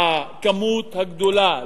לכמות הגדולה,